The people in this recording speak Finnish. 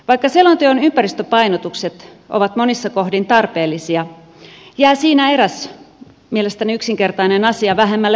vaikka selonteon ympäristöpainotukset ovat monissa kohdin tarpeellisia jää siinä eräs mielestäni yksinkertainen asia vähemmälle huomiolle